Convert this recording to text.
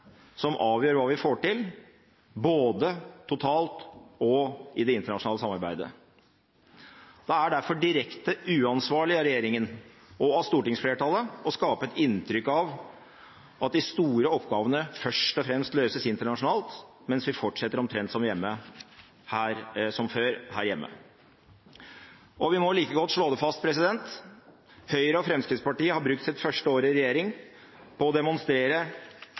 som avgjør hva vi får til, både totalt og i det internasjonale samarbeidet. Det er derfor direkte uansvarlig av regjeringen og av stortingsflertallet å skape et inntrykk av at de store oppgavene først og fremst løses internasjonalt, mens vi fortsetter omtrent som før her hjemme. Vi må like godt slå det fast: Høyre og Fremskrittspartiet har brukt sitt første år i regjering på å demonstrere